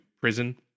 prison